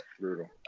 Brutal